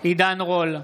עידן רול,